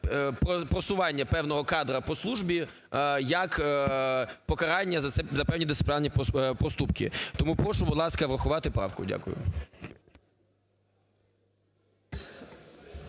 просування певного кадра по службі як покарання за певні дисциплінарні поступки. Тому прошу, будь ласка, врахувати правку. Дякую.